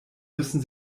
müssen